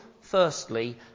firstly